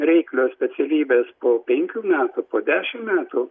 reiklios specialybės po penkių metų po dešimt metų